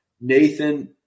Nathan